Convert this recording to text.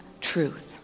truth